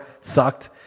sucked